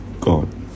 God